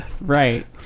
Right